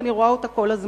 אבל היא מתרחשת כל הזמן.